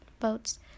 votes